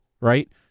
right